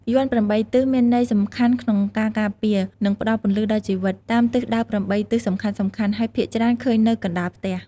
យ័ន្ត ៨ ទិសនេះមានន័យសំខាន់ក្នុងការការពារ និងផ្ដល់ពន្លឺដល់ជីវិត តាមទិសដៅ ៨ ទិសសំខាន់ៗ ហើយភាគច្រើនឃើញនៅកណ្តាលផ្ទះ។